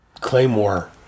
Claymore